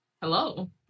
Hello